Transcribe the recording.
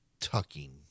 tucking